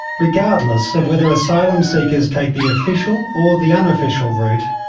regardless of whether asylum seekers take the official or the unofficial route,